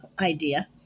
idea